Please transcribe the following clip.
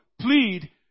plead